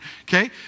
Okay